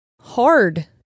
hard